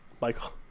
Michael